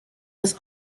was